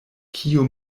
kiu